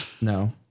no